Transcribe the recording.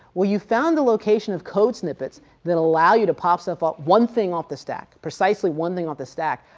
well you found the location of code snippets that allow you to pop stuff up, one thing off the stack. precisely one thing off the stack,